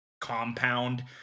compound